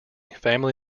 family